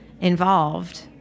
involved